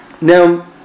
Now